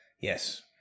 Yes